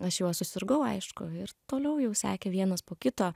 aš juo susirgau aišku ir toliau jau sekė vienas po kito